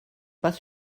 pas